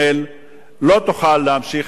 לא תוכל להמשיך לשבת בשקט.